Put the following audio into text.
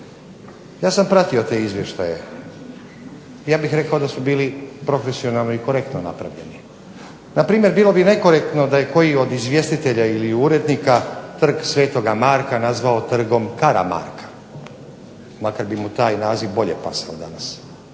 Ja sam pratio te izvještaje. Ja bih rekao da su bili profesionalno i korektno napravljeni. Na primjer bilo bi nekorektno da je koji od izvjestitelja ili urednika Trg sv. Marka nazvao trgom Karamarka, makar bi mu taj naziv bolje pasao danas